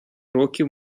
років